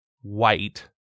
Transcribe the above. white